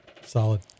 Solid